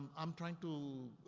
i'm trying to,